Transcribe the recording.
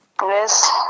Yes